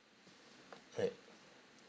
right